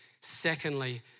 Secondly